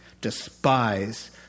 despise